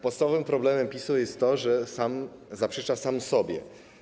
Podstawowym problemem PiS-u jest to, że zaprzecza sam sobie.